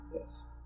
yes